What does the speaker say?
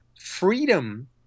Freedom